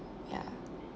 ya